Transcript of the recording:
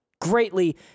greatly